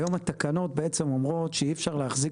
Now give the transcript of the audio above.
היום התקנות אומרות שאי אפשר להחזיר